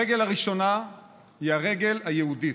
הרגל הראשונה היא הרגל היהודית.